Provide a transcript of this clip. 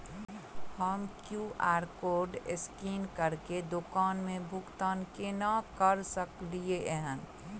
हम QR code scan करके दुकान मे भुगतान केना करऽ सकलिये एहन?